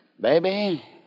Baby